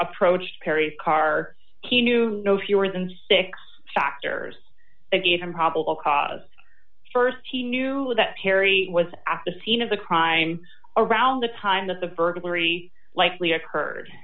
approached perry's car he knew no fewer than six factors that gave him probable cause st he knew that perry was at the scene of the crime around the time that the burglary likely occurred